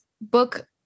book